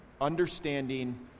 Understanding